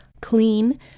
clean